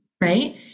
Right